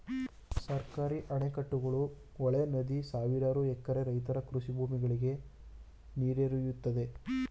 ಸರ್ಕಾರಿ ಅಣೆಕಟ್ಟುಗಳು, ಹೊಳೆ, ನದಿ ಸಾವಿರಾರು ಎಕರೆ ರೈತರ ಕೃಷಿ ಭೂಮಿಗಳಿಗೆ ನೀರೆರೆಯುತ್ತದೆ